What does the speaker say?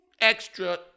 Extra